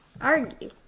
Argue